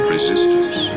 Resistance